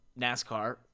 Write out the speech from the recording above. NASCAR